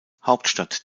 hauptstadt